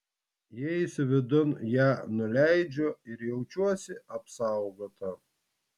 įėjusi vidun ją nuleidžiu ir jaučiuosi apsaugota